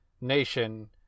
nation